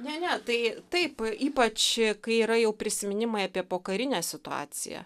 ne ne tai taip ypač kai yra jau prisiminimai apie pokarinę situaciją